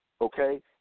Okay